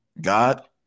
God